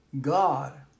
God